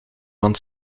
want